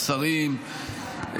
השרים,